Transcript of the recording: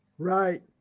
Right